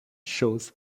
shows